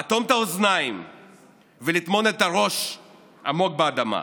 לאטום את האוזניים ולטמון את הראש עמוק באדמה.